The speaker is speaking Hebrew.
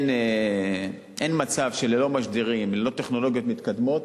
אין מצב שללא משדרים, ללא טכנולוגיות מתקדמות,